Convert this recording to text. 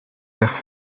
terres